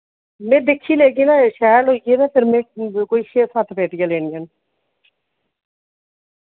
मैं दिक्खी लेगी ना शैल होइये ना फिर में कोई छे सत्त पेटियां लेनियां न